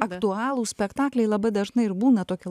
aktualūs spektakliai labai dažnai ir būna